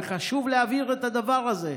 וחשוב להבהיר את הדבר הזה.